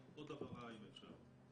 עוד דבר רע, אם אפשר.